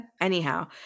Anyhow